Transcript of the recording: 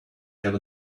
have